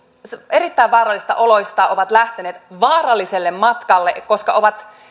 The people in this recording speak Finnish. erittäin vaarallisista oloista ovat lähteneet vaaralliselle matkalle koska he ovat